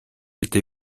été